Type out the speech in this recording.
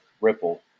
Ripple